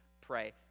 pray